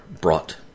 brought